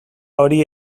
hori